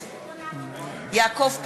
נגד יעקב פרי,